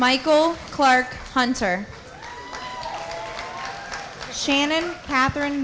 michael clarke hunter shannon catherine